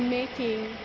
making